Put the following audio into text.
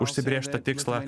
užsibrėžtą tikslą